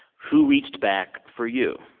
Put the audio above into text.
who reached back for you?